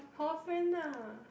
hall friend ah